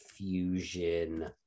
fusion